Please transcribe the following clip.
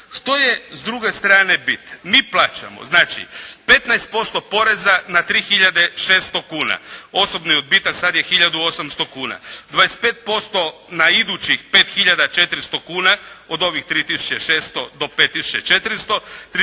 Što je s druge strane bit? Mi plaćamo, znači 15% poreza na 3 tisuće 600 kuna, osobni odbitak sad je tisuću 800 kuna. 25% na idućih 5 tisuća 400 kuna od ovih 3 tisuće 600 do